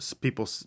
people